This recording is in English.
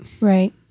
Right